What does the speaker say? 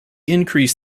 increase